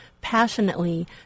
passionately